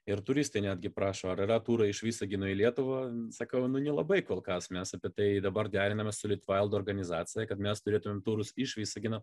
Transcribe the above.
ir turistai netgi prašo ar yra turai iš visagino į lietuvą sakau nu nelabai kol kas mes apie tai dabar deriname litvaldo organizacija kad mes turėtumėm turus iš visagino